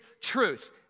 truth